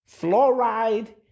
fluoride